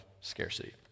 scarcity